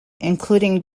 including